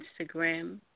Instagram